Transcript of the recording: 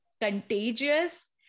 contagious